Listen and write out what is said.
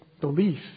belief